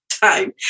time